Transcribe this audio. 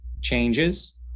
changes